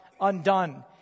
undone